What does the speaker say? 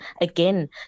again